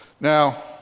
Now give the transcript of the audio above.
Now